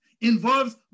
involves